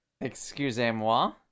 Excusez-moi